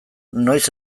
noiz